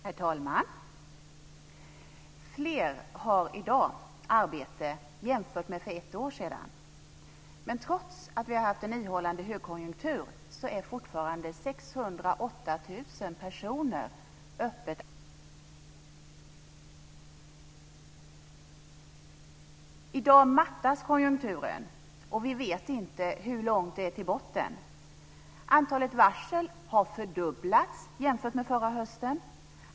Herr talman! Fler har i dag arbete jämfört med för ett år sedan. Men trots att vi har haft en ihållande högkonjunktur är fortfarande 608 000 personer öppet arbetslösa i september 2001. I dag mattas konjunkturen, och vi vet inte hur långt det är till botten. Antalet varsel har fördubblats jämfört med förra hösten.